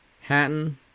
Hatton